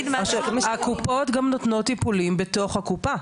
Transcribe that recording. הקופות גם נותנות טיפולים בתוך הקופה.